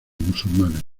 musulmanes